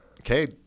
Okay